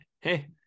hey